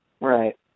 Right